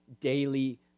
daily